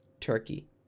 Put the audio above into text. turkey